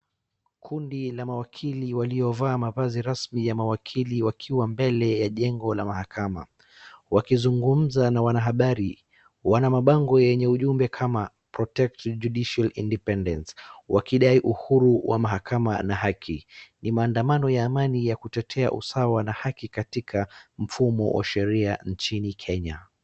Kundi la mawakili waliovaa mavazi rasmi ya mawakili wakiwa mbele ya jengo la mahakama wakizungumza na wanahabari. Wana mabango yenye ujumbe kama protect the judicial independence wakidai uhuru wa mahakama na haki. Ni maandamano ya amani ya kutetea usawa katika mfumo wa sheria nchini Kenya.